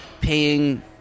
paying